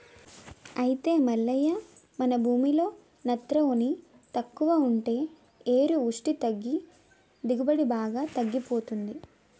అయితే మల్లయ్య మన భూమిలో నత్రవోని తక్కువ ఉంటే వేరు పుష్టి తగ్గి దిగుబడి బాగా తగ్గిపోతుంది